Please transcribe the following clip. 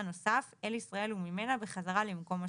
נוסף אל ישראל וממנה בחזרה למקום שירות.